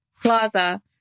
plaza